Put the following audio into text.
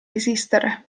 esistere